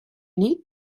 nit